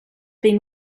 been